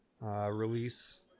release